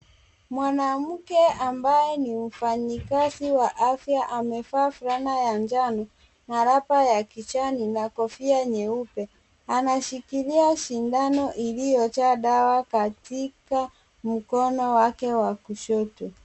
Mwanamke ambaye ni mfanyikazi wa afya amevaa fulana ya njano na wrapper ya kijani na kofia nyeupe. Anashikilia sindano iliyojaa dawa katika mkono wake wa kushoto.